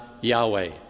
Yahweh